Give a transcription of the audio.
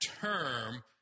term